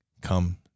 come